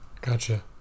Gotcha